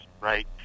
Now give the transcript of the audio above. right